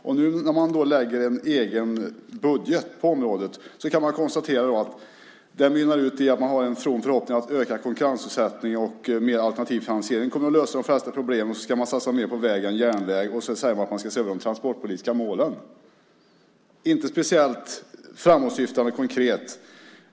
När de borgerliga nu lägger fram en egen budget på området kan man konstatera att den mynnar ut i att man har en from förhoppning att öka konkurrensutsättning, att mer alternativ finansiering kommer att lösa de flesta problem och att man ska satsa mer på väg än järnväg. Sedan säger man att man ska se över de transportpolitiska målen. Det är inte speciellt framåtsyftande och konkret.